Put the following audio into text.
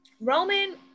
Roman